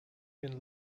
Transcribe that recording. been